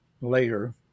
later